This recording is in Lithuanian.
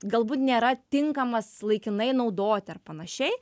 galbūt nėra tinkamas laikinai naudoti ar panašiai